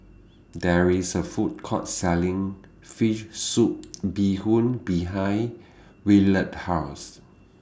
There IS A Food Court Selling Fish Soup Bee Hoon behind Willard's House